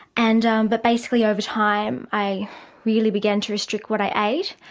and um but basically over time i really began to restrict what i ate.